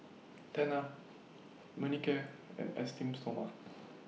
Tena Manicare and Esteem Stoma